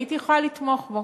הייתי יכולה לתמוך בו.